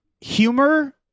humor